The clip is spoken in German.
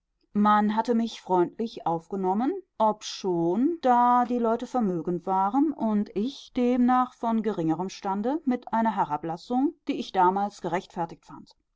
man hatte mich freundlich aufgenommen obschon da die leute vermögend waren und ich demnach von geringerem stande mit einer herablassung die ich damals gerechtfertigt fand